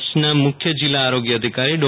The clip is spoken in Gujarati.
કચ્છ મુખ્ય જિલ્લા આરોગ્ય અધિકારી ડો